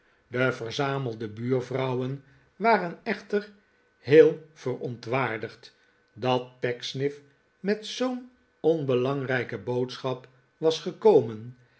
de verzamelde buurvrouwen waren echter heel verontwaardigd dat pecksniff met zoo'n onbelangrijke boodschap was gekomen